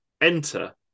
Enter